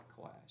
class